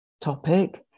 topic